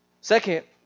Second